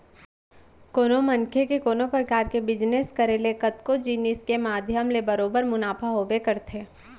कोनो मनसे के कोनो परकार के बिजनेस करे ले कतको जिनिस के माध्यम ले बरोबर मुनाफा होबे करथे